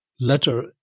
letter